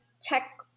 tech